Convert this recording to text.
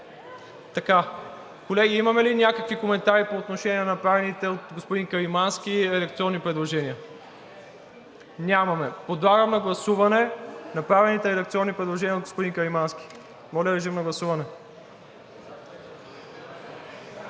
Колеги, имаме ли някакви коментари по отношение на направените от господин Каримански редакционни предложения? Нямаме. Подлагам на гласуване направените редакционни предложения от господин Каримански. Гласували